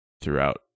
throughout